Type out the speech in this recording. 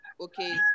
okay